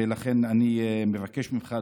ולכן אני מבקש ממך,